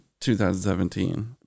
2017